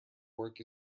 work